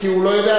כי הוא לא יודע,